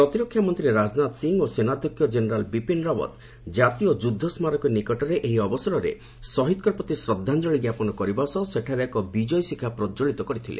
ପ୍ରତିରକ୍ଷା ମନ୍ତ୍ରୀ ରାଜନାଥ ସିଂହ ଓ ସେନାଧ୍ୟକ୍ଷ ଜେନେରାଲ୍ ବିପିନ୍ ରାଓ୍ୱତ୍ ଜାତୀୟ ଯୁଦ୍ଧ ସ୍କାରକୀ ନିକଟରେ ଏହି ଅବସରରେ ଶହୀଦ୍ଙ୍କ ପ୍ରତି ଶ୍ରଦ୍ଧାଞ୍ଜଳୀ ଜ୍ଞାପନ କରିବା ସହ ସେଠାରେ ଏକ ବିଜୟ ଶିଖା ପ୍ରକ୍ୱଳିତ କରିଥିଲେ